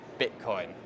Bitcoin